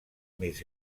més